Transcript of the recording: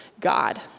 God